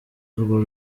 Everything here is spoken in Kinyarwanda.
urwo